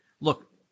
look